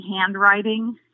handwriting